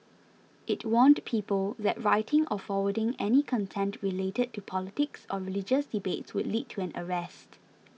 it warned people that writing or forwarding any content related to politics or religious debates would lead to an arrest